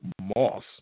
Moss